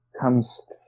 comes